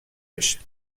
بشه